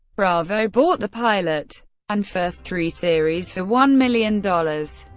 bravo bought the pilot and first three series for one million dollars.